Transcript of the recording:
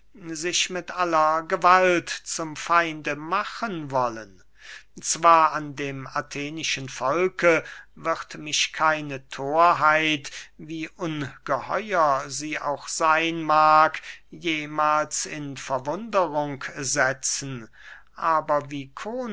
sich mit aller gewalt zum feinde machen wollen zwar an dem athenischen volke wird mich keine thorheit wie ungeheuer sie auch seyn mag jemahls in verwunderung setzen aber wie